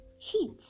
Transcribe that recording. heat